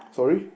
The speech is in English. sorry